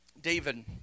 David